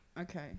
Okay